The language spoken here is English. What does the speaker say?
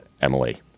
Emily